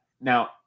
Now